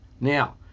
Now